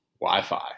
Wi-Fi